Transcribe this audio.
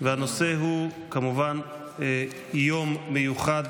והנושא הוא כמובן יום מיוחד